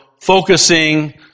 focusing